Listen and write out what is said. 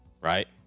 Right